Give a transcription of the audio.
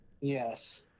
yes